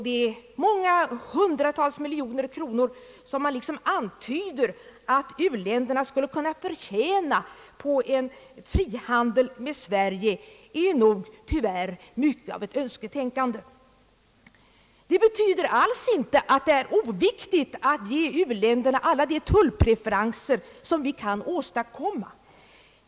De många hundratals miljoner kronor, som man antyder att u-länderna skulle kunna förtjäna på frihandel med Sverige, är nog tyvärr mycket uttryck för önsketänkande. Det betyder alls inte, att det är oviktigt att ge u-länderna alla de tullpreferanser som vi kan åstadkomma.